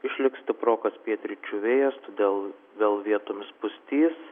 išliks stiprokas pietryčių vėjas todėl vėl vietomis pustys